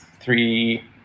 three